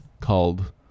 called